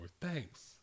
Thanks